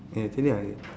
eh actually I